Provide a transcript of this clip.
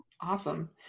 awesome